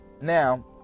Now